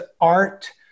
art